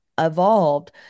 evolved